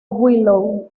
willow